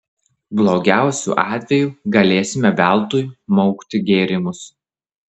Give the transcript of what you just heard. blogiausiu atveju galėsime veltui maukti gėrimus